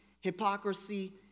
hypocrisy